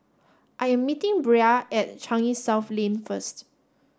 I am meeting Bria at Changi South Lane first